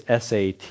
SAT